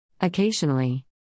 Occasionally